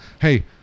Hey